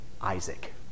Isaac